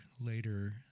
later